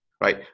right